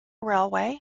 railway